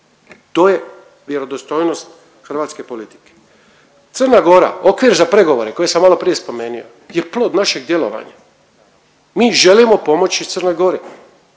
to je vjerodostojnog hrvatske politike. CG, okvir za pregovore koje sam maloprije spomenio je plod našeg djelovanja. Mi želimo pomoći CG, ona